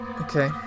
Okay